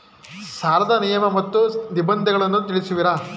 ಸಾಲದ ನಿಯಮ ಮತ್ತು ನಿಬಂಧನೆಗಳನ್ನು ತಿಳಿಸುವಿರಾ?